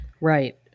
Right